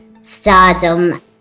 stardom